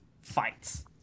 fights